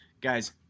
Guys